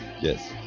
yes